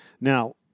Now